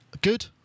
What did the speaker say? Good